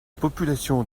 population